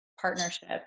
partnership